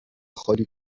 خالی